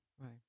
Right